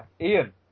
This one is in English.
Ian